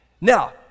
Now